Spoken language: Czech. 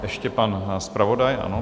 Ještě pan zpravodaj, ano.